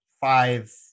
five